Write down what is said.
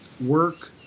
work